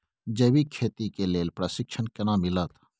जैविक खेती के लेल प्रशिक्षण केना मिलत?